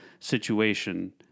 situation